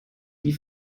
die